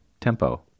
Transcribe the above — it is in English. tempo